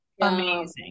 Amazing